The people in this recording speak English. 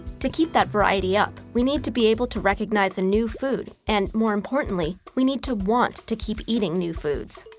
to keep that variety up, we need to be able to recognize a new food, and more importantly, we need to want to keep eating new foods.